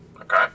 Okay